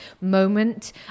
moment